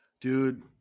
dude